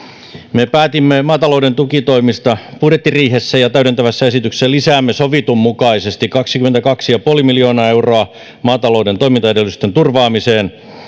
me päätimme maatalouden tukitoimista budjettiriihessä ja täydentävässä esityksessä lisäämme sovitun mukaisesti kaksikymmentäkaksi pilkku viisi miljoonaa euroa maatalouden toimintaedellytysten turvaamiseen